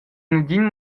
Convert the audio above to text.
negin